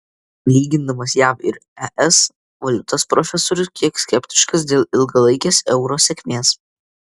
lygindamas jav ir es valiutas profesorius kiek skeptiškas dėl ilgalaikės euro sėkmės